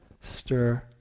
stir